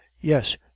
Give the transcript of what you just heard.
yes